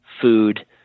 food